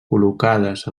col·locades